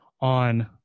on